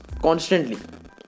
constantly